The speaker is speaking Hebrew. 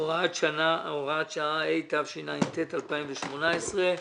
(הוראת שעה), התשע"ט-2018.